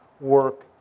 work